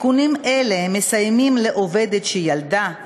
תיקונים אלה מסייעים לעובדות שילדו,